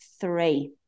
three